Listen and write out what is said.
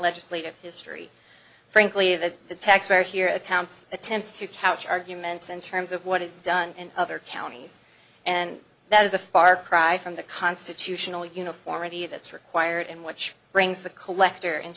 legislative history frankly that the taxpayer here attempts attempts to couch arguments in terms of what is done in other counties and that is a far cry from the constitutional uniformity that's required and which brings the collector and